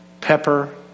Pepper